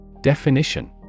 Definition